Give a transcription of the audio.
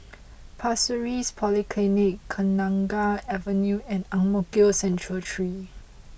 Pasir Ris Polyclinic Kenanga Avenue and Ang Mo Kio Central three